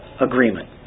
agreement